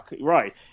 right